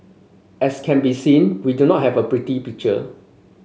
as can be seen we do not have a pretty picture